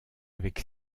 avec